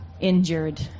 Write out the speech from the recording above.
injured